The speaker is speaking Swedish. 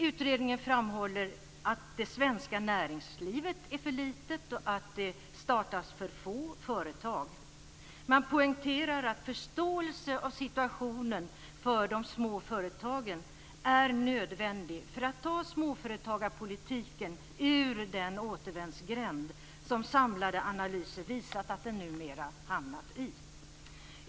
Utredningen framhåller att det svenska näringslivet är för litet och att det startas för få företag. Man poängterar att förståelse av situationen för de små företagen är nödvändig för att ta småföretagarpolitiken ur den återvändsgränd som samlade analyser visat att den numera hamnat i.